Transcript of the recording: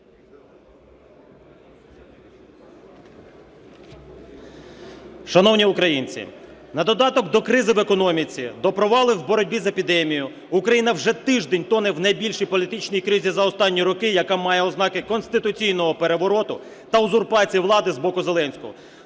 Шановні українці, на додаток до кризи в економіці, до провалів у боротьбі з епідемією Україна вже тиждень тоне в найбільшій політичній кризі за останні роки, яка має ознаки конституційного перевороту та узурпації влади з боку Зеленського.